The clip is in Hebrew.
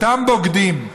אותם בוגדים,